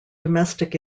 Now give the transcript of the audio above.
domestic